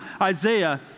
Isaiah